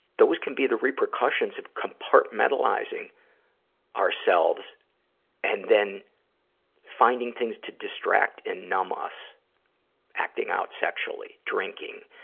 those can be the repercussions of compartmentalizing ourselves and then finding things to distract and numb us acting out sexually, drinking,